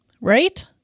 right